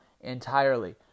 entirely